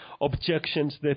objections